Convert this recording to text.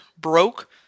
broke